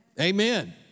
Amen